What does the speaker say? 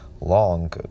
long